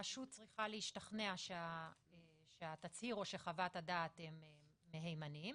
הרשות צריכה להשתכנע שהתצהיר או שחוות הדעת הם מהימנים,